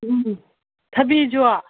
ꯎꯝ ꯊꯕꯤꯁꯨ